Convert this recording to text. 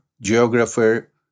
geographer